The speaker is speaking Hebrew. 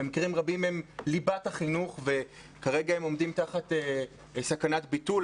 במקרים רבים הם ליבת החינוך וכרגע הם עומדים תחת סכנת ביטול.